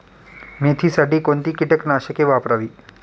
मेथीसाठी कोणती कीटकनाशके वापरावी?